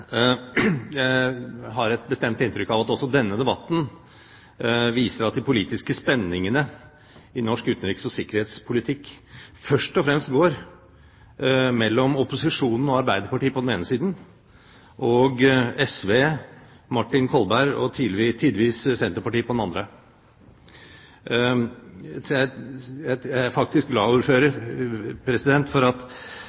Jeg har et bestemt inntrykk av at også denne debatten viser at de politiske spenningene i norsk utenriks- og sikkerhetspolitikk først og fremst går mellom opposisjonen og Arbeiderpartiet på den ene siden og SV, Martin Kolberg og tidvis Senterpartiet på den andre. Jeg er faktisk glad